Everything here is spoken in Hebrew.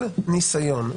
כל ניסיון,